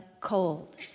cold